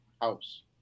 house